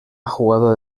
jugado